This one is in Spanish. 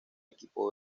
equipo